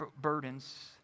burdens